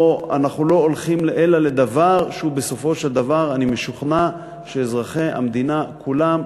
אנחנו לא הולכים אלא לדבר שבסופו של דבר אני משוכנע שאזרחי המדינה כולם,